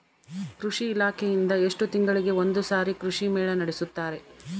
ಕೃಷಿ ಇಲಾಖೆಯಿಂದ ಎಷ್ಟು ತಿಂಗಳಿಗೆ ಒಂದುಸಾರಿ ಕೃಷಿ ಮೇಳ ನಡೆಸುತ್ತಾರೆ?